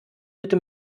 bitte